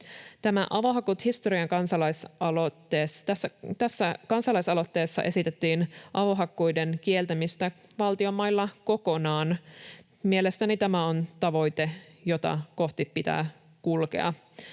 -kansalaisaloitteessa esitettiin avohakkuiden kieltämistä valtion mailla kokonaan. Mielestäni tämä on tavoite, jota kohti pitää kulkea.